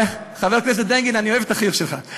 חבר הכנסת בגין, אני אוהב את החיוך שלך.